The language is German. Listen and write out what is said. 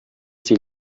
sie